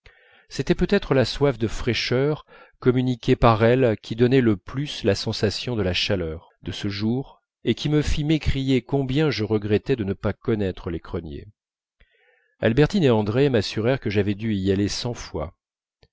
c'était peut-être la soif de fraîcheur communiquée par elles qui donnait le plus la sensation de la chaleur de ce jour et qui me fit m'écrier combien je regrettais de ne pas connaître les creuniers albertine et andrée assurèrent que j'avais dû y aller cent fois